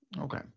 Okay